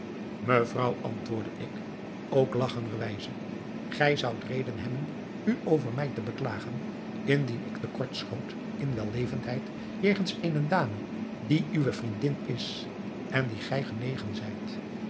mevrouw antwoordde ik ook lagchender wijze gij zoudt reden hebben u over mij te beklagen indien ik te kort schoot in wellevendheid jegens eene dame die uwe vriendin is en die gij genegen zijt